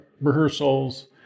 rehearsals